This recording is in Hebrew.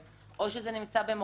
או זה נמצא במוקשים,